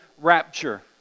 rapture